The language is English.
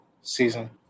season